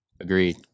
Agreed